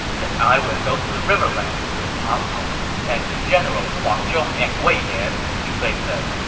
then i will go to the riverlands with pang tong and the generals huang zhong and wei yan, liu bei said.